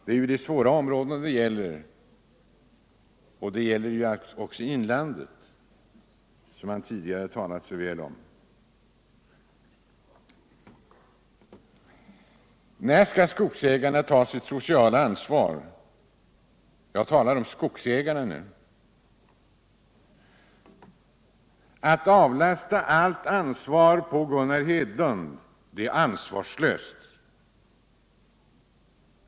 Det är ur sysselsättningssynpunkt besvärliga områden det gäller — även inlandet, där man tidigare ansett att förhållandena varit så goda. När skall skogsägarna ta sitt sociala ansvar? Att lasta allt ansvar på Gunnar Hedlund är ansvarslöst.